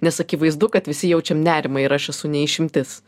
nes akivaizdu kad visi jaučiam nerimą ir aš esu ne išimtis